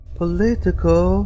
political